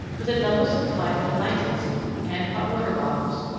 with a double supply of blankets and hot-water bottles.